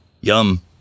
Yum